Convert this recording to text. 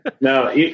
No